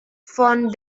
von